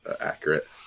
accurate